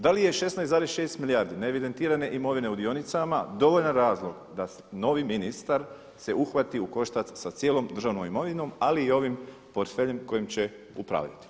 Da li je 16,6 milijardi neevidentirane imovine u dionicama dovoljan razlog da novi ministar se uhvati u koštac sa cijelom državnom imovinom, ali i ovim portfeljem kojim će upravljati.